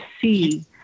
see